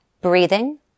Breathing